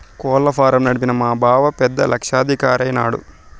కోళ్ల ఫారం నడిపి మా బావ పెద్ద లక్షాధికారైన నాడు